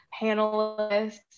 panelists